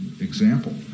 example